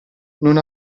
non